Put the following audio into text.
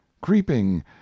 creeping